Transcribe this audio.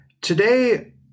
today